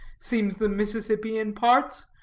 seems the mississippi in parts,